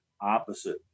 opposite